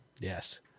Yes